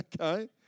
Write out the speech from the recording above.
Okay